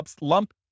lump